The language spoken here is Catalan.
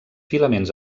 filaments